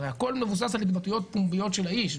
הרי הכול מבוסס על התבטאויות פומביות של האיש,